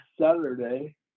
Saturday